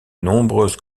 nombreuses